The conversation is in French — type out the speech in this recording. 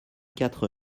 quatre